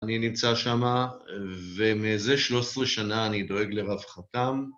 אני נמצא שם ומזה 13 שנה אני דואג לרווחתם...